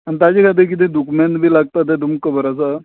आनी ताजे खातीर कितें दुकमेन्त बी कितें लागता तें तुमकां खबर आसा